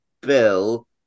Bill